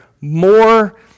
more